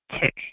tick